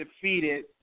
defeated